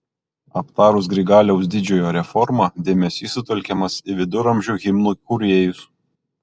aptarus grigaliaus didžiojo reformą dėmesys sutelkiamas į viduramžių himnų kūrėjus